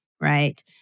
right